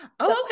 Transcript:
okay